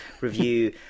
review